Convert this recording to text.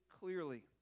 clearly